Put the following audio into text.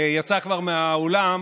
יצא כבר מהאולם,